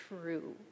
true